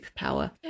superpower